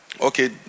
Okay